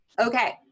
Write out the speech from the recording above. Okay